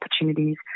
opportunities